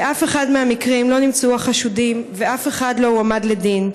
באף אחד מהמקרים לא נמצאו החשודים ואף אחד לא הועמד לדין.